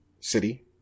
city